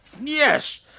Yes